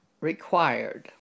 required